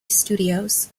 studios